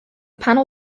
panel